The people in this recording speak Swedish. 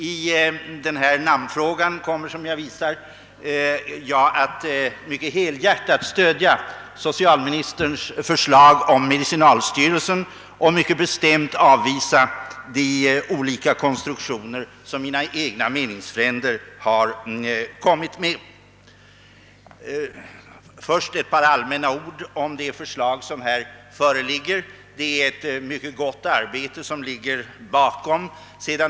I denna fråga kommer jag att mycket helhjärtat stödja socialministerns förslag om medicinalstyrelsen och mycket bestämt avvisa de olika konstruktioner som mina egna meningsfränder har föreslagit. Men först några allmänna ord om det förslag som här föreligger. Det är ett mycket gott arbete som ligger bakom förslaget.